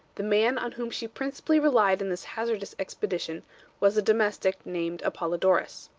the man on whom she principally relied in this hazardous expedition was a domestic named apollodorus.